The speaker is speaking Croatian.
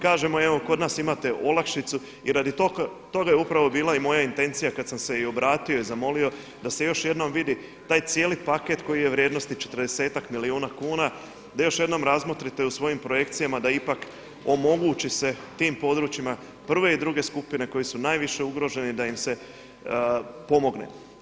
Kažemo evo, kod nas imate olakšicu i radi toga je upravo bila i moja intencija kad sam se i obratio i zamolio da se još jednom vidi taj cijeli paket koji je vrijednosti 40-tak milijuna kuna, da još jednom razmotrite u svojim projekcijama da ipak omogući se tim područjima prve i druge skupine koji su najviše ugroženi da im se pomogne.